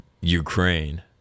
Ukraine